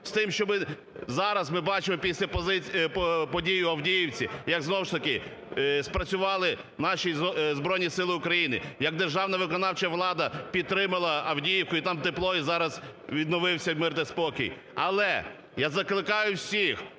З тим, що зараз ми бачимо після подій в Авдіївці, як знову ж таки спрацювали наші Збройні Сили України, як державна виконавча влада підтримала Авдіївку, і там тепло, і зараз відновився мир та спокій. Але я закликаю всіх